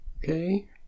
Okay